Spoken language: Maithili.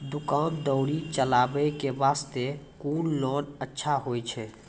दुकान दौरी चलाबे के बास्ते कुन लोन अच्छा होय छै?